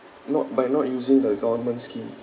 not by not using the government scheme